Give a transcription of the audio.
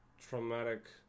traumatic